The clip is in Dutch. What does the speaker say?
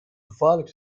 gevaarlijk